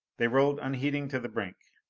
they rolled unheeding to the brink.